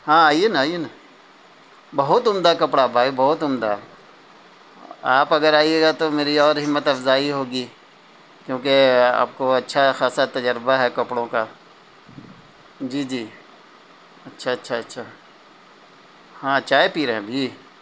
ہاں آئیے نا آئیے نا بہت عمدہ کپڑا بھائی بہت عمدہ آپ اگر آئیے گا تو میری اور ہمت افزائی ہوگی کیونکہ آپ کو اچھا خاصا تجربہ ہے کپڑوں کا جی جی اچھا اچھا اچھا ہاں چائے پی رہے ابھی